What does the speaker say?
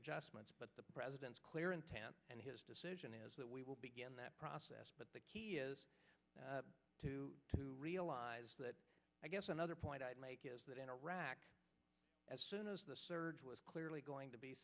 adjustments but the president's clear intent and his decision is that we will begin that process but the key is to realize that i guess another point i'd make is that in iraq as soon as the surge was clearly going to be